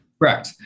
Correct